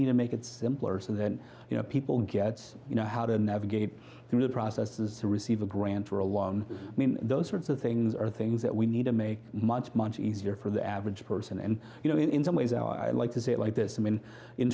need to make it simpler so that you know people gets you know how to navigate through the processes to receive a grant or a long i mean those sorts of things are things that we need to make much money easier for the average person and you know in some ways i like to say it like this i mean in